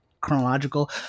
chronological